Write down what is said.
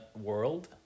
world